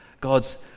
God's